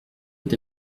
est